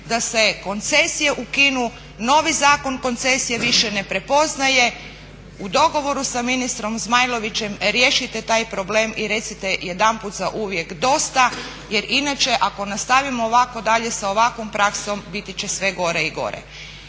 da se koncesije ukinu, novi zakon koncesije više ne prepoznaje. U dogovoru sa ministrom Zmajlovićem riješite taj problem i recite jedanput zauvijek dosta jer inače ako nastavimo ovako dalje sa ovakvom praksom biti će sve gore i gore.